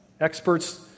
Experts